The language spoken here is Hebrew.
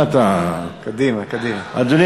מה אתה, קדימה, קדימה.